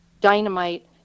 dynamite